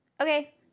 Okay